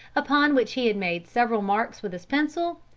upon which he had made several marks with his pencil,